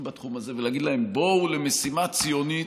בתחום הזה ולהגיד להם: בואו למשימה ציונית,